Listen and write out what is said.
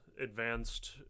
advanced